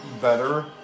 better